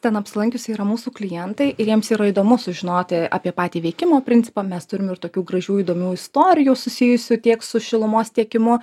ten apsilankiusių yra mūsų klientai ir jiems yra įdomu sužinoti apie patį veikimo principą mes turim ir tokių gražių įdomių istorijų susijusių tiek su šilumos tiekimu